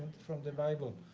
from the bible.